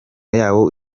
yawo